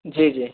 जी जी